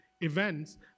events